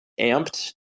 amped